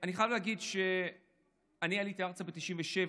אני חייב להגיד שאני עליתי ארצה ב-1997,